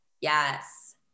Yes